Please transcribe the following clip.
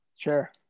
Sure